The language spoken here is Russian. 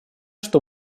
что